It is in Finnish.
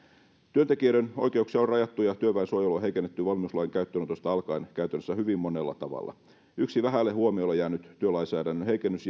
työntekijöiden oikeuksia on rajattu ja työväen suojelua heikennetty valmiuslain käyttöönotosta alkaen käytännössä hyvin monella tavalla yksi vähälle huomiolle jäänyt työlainsäädännön heikennys